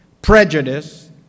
prejudice